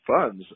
funds